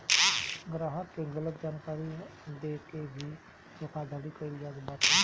ग्राहक के गलत जानकारी देके के भी धोखाधड़ी कईल जात बाटे